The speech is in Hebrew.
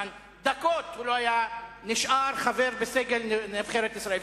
דקות הוא לא היה נשאר חבר בסגל נבחרת ישראל.